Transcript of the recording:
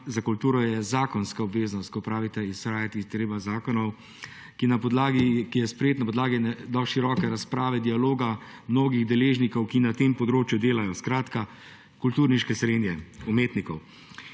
za kulturo je zakonska obveznost – ko pravite, izhajati je treba iz zakonov –, ki je sprejet na podlagi široke razprave, dialoga mnogih deležnikov, ki na tem področju delajo, skratka kulturniške srenje, umetnikov;